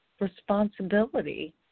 responsibility